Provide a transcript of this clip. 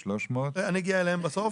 1,300. אני אגיע אליהם בסוף.